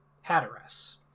Hatteras